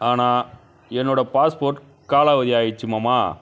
ஆனால் என்னோடய பாஸ்போர்ட் காலாவதி ஆகிருச்சு மாமா